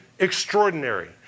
Extraordinary